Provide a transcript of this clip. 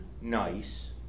nice